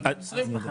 למהלך.